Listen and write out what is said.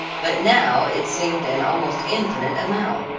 but now it seemed an almost infinite amount.